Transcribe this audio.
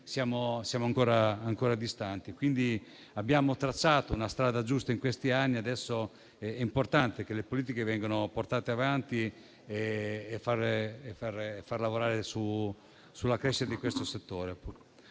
intorno alla nostra. Abbiamo tracciato una strada giusta in questi anni e adesso è importante che le politiche vengano portate avanti e si lavori sulla crescita di questo settore.